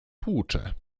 tłucze